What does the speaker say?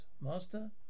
Master